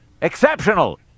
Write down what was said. exceptional